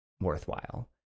worthwhile